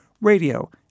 radio